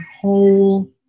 whole